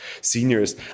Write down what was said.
seniors